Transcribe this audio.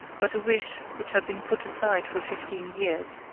but a wish which had been put aside for fifteen years,